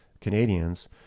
Canadians